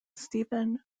stephen